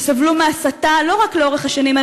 שסבלו מהסתה לא רק לאורך השנים,